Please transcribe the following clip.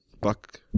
Buck